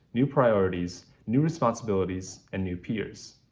new priorities, new responsibilities, and new peers.